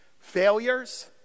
failures